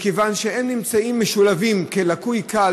מכיוון שהם נמצאים משולבים כלקוי קל